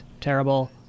terrible